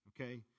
Okay